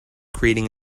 creating